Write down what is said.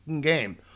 game